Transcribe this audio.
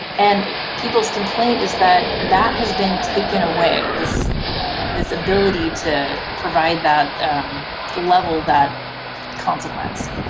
and people's complaint is that that has been taken away, this this ability to provide that level, that consequence.